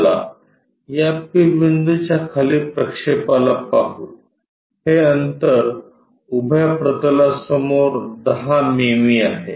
चला या p बिंदूच्या खाली प्रक्षेपाला पाहू हे अंतर उभ्या प्रतलासमोर 10 मिमी आहे